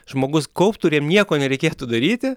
žmogus kauptų ir jam nieko nereikėtų daryti